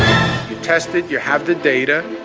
tested you have the data.